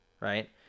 right